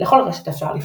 לכל רשת אפשר לפרוץ,